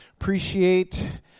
appreciate